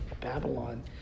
Babylon